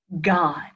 God